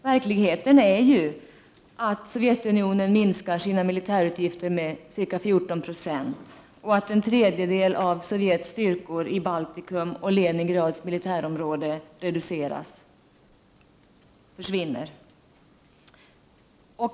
Verkligheten är ju att Sovjetunionen minskar sina militärutgifter med ca 14 Jo och att en tredjedel av Sovjets styrkor i Baltikum och Leningrads mili 53 tärområde försvinner.